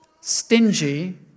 stingy